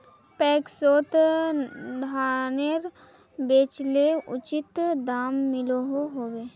पैक्सोत धानेर बेचले उचित दाम मिलोहो होबे?